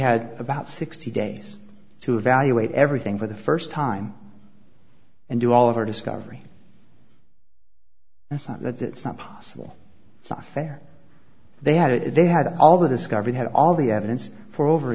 had about sixty days to evaluate everything for the first time and do all of our discovery that's not that some possible software they had they had all the discovery had all the evidence for over